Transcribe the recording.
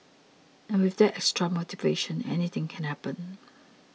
and with that extra motivation anything can happen